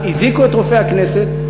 הזעיקו את רופא הכנסת,